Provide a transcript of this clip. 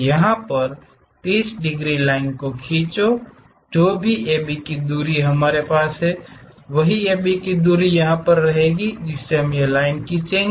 यहा पर 30 degree line को खींचे जो भी AB की दूरी हमारे पास है वही AB दूरी से ये लाइन खींचे